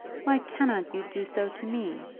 why cannot you do so to me?